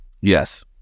Yes